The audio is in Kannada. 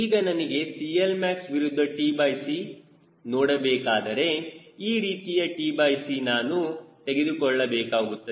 ಈಗ ನನಗೆ CLmax ವಿರುದ್ಧ tc ನೋಡಬೇಕಾದರೆ ಯಾವ ರೀತಿಯ tc ನಾನು ತೆಗೆದುಕೊಳ್ಳಬೇಕಾಗುತ್ತದೆ